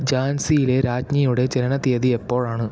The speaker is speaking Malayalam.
ഝാൻസിയിലെ രാജ്ഞിയുടെ ജനനത്തീയതി എപ്പോഴാണ്